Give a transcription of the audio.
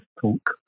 talk